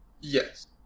Yes